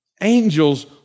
Angels